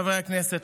חברי הכנסת,